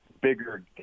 bigger